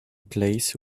place